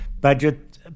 budget